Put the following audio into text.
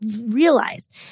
realized